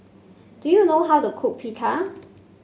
do you know how to cook Pita